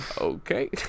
Okay